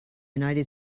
united